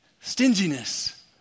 Stinginess